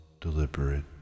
deliberate